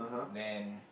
then